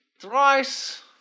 thrice